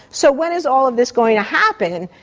so when is all of this going to happen?